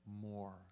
more